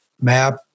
map